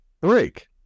break